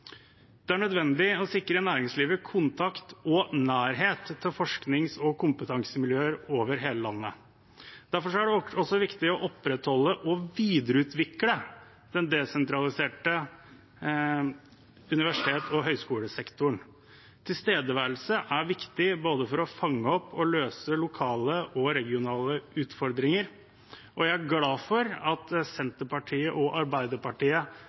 Det er nødvendig å sikre næringslivet kontakt og nærhet til forsknings- og kompetansemiljøer over hele landet. Derfor er det også viktig å opprettholde og videreutvikle den desentraliserte universitets- og høyskolesektoren. Tilstedeværelse er viktig for å både fange opp og løse lokale og regionale utfordringer, og jeg er glad for at Senterpartiet og Arbeiderpartiet